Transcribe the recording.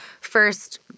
first